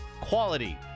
quality